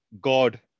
God